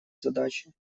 задачи